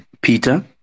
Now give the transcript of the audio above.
Peter